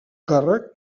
càrrec